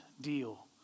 deal